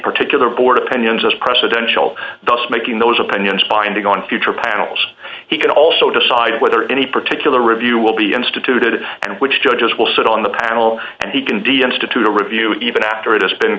particular board opinions as presidential thus making those opinions binding on future panels he can also decide whether any particular review will be instituted and which judges will sit on the panel and he can d m s to to the review even after it has been